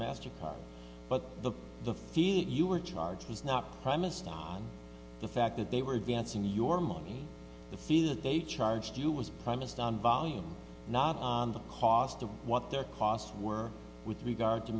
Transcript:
mastercard but the the field you were charged was not premised on the fact that they were advancing your money to feel that they charged you was premised on volume not on the cost of what their costs were with regard to